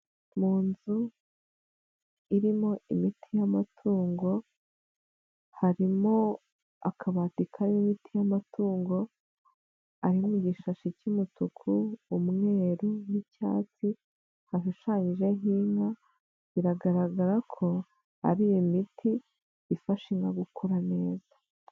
Mu nzu irimo imiti y'amatungo harimo akabati karimo imiti y'amatungo, ari mu gishashi cy'umutuku umweru n'icyatsi, hashushanyijeho inka, biragaragara ko ar'iyo miti ifasha inka gukura neza.